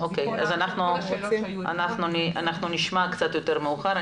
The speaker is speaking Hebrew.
אנחנו נשמע קצת יותר מאוחר.